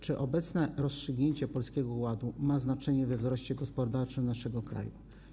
Czy obecne rozstrzygnięcia w zakresie Polskiego Ładu mają znaczenie we wzroście gospodarczym naszego kraju?